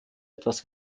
etwas